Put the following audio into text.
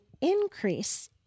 increase